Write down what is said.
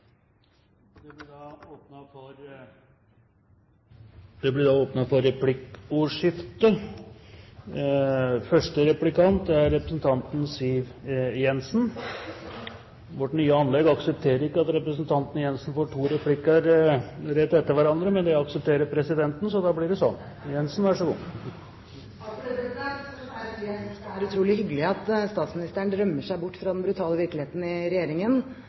Det blir replikkordskifte. Første replikant er representanten Siv Jensen. Vårt nye anlegg aksepterer ikke at representanten Jensen får to replikker etter hverandre, men det aksepterer presidenten, så da blir det sånn. Takk for det, president. Først må jeg jo si at jeg synes det er utrolig hyggelig at statsministeren drømmer seg bort fra den brutale virkeligheten i regjeringen,